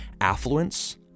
affluence